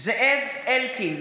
מתחייב אני זאב אלקין,